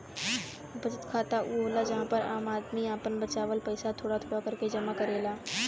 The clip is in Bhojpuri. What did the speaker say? बचत खाता ऊ होला जहां पर आम आदमी आपन बचावल पइसा थोड़ा थोड़ा करके जमा करेला